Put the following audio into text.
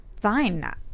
Fine